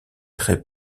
très